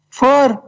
four